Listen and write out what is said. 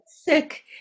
sick